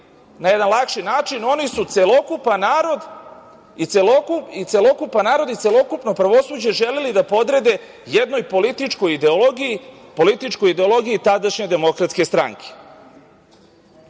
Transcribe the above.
na jedan lakši način, oni su celokupan narod i celokupno pravosuđe želeli da podrede jednoj političkoj ideologiji tadašnje DS.Sprovesti